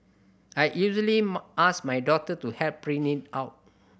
I usually ask my daughter to help print it out